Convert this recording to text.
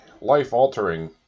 life-altering